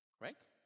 Right